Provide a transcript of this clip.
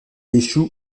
échoue